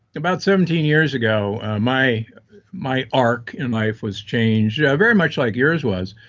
about seventeen years ago, my my arch in life was changed. very much like yours was.